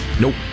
Nope